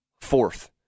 fourth